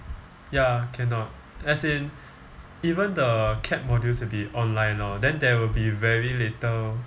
ya cannot as in even the cap modules will be online lor then there will be very little